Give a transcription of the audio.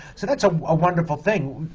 so that's ah a wonderful thing.